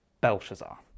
Belshazzar